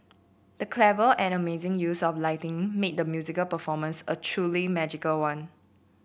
the clever and amazing use of lighting made the musical performance a truly magical one